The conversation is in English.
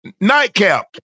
Nightcap